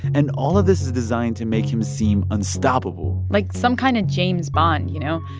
and all of this is designed to make him seem unstoppable like some kind of james bond you know?